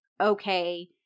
okay